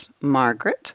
Margaret